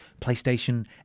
PlayStation